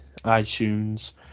itunes